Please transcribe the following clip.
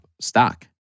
stock